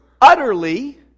utterly